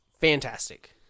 fantastic